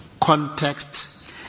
context